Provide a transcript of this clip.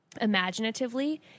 imaginatively